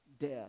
death